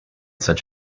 such